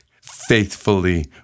faithfully